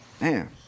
Man